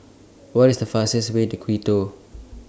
What IS The fastest Way to Quito